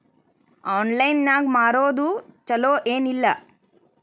Online ನಾಗ್ ಮಾರೋದು ಛಲೋ ಏನ್ ಇಲ್ಲ?